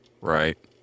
Right